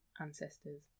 ancestors